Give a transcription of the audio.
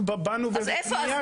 אנחנו באנו בפנייה של רשויות מקומיות.